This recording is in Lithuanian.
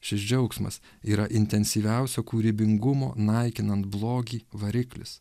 šis džiaugsmas yra intensyviausio kūrybingumo naikinant blogį variklis